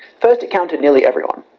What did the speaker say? first it counted nearly everyone,